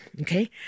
okay